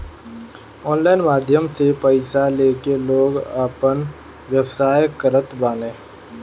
online माध्यम से पईसा लेके लोग आपन व्यवसाय करत बाने